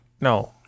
no